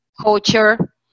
culture